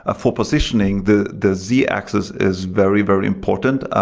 ah for positioning, the the z axis is very, very important.